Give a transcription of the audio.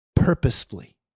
purposefully